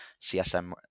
CSM